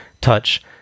touch